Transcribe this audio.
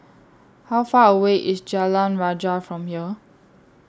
How Far away IS Jalan Rajah from here